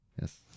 Yes